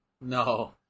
No